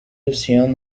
etiam